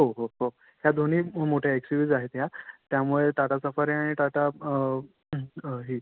हो हो हो ह्या दोन्ही मोठ्या एक्सयूवीज आहेत ह्या त्यामुळे टाटा सफारी आणि टाटा ही